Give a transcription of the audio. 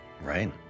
right